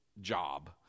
job